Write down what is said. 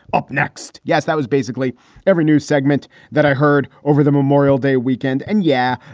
up next. yes, that was basically every news segment that i heard over the memorial day weekend. and yeah,